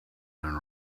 than